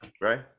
Right